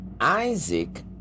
Isaac